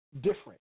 different